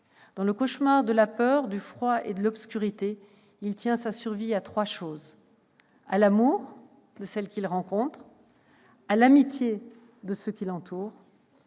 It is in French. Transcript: Dans le cauchemar de la peur, du froid et de l'obscurité, sa survie tient à trois choses : à l'amour de celle qu'il rencontre, à l'amitié de ceux qui l'entourent